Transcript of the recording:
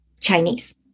Chinese